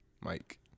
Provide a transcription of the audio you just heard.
Mike